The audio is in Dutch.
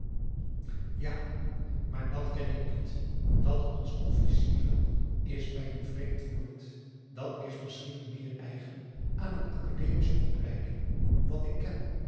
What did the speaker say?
ja maar dat ken ik niet dat ons officieren is mij een vreemd woord dat is misschien meer eigen aan een academische opleiding wat ik ken